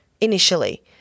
initially